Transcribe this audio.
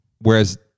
whereas